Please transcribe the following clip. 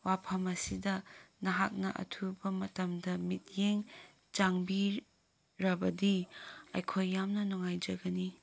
ꯋꯥꯐꯝ ꯑꯁꯤꯗ ꯅꯍꯥꯛꯅ ꯑꯊꯨꯕ ꯃꯇꯝꯗ ꯃꯤꯠꯌꯦꯡ ꯆꯪꯕꯤꯔꯕꯗꯤ ꯑꯩꯈꯣꯏ ꯌꯥꯝꯅ ꯅꯨꯡꯉꯥꯏꯖꯒꯅꯤ